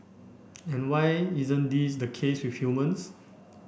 and why isn't this the case with humans